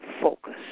focus